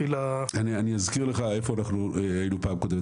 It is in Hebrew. אני אזכיר לך איפה היינו בפעם הקודמת.